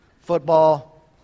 football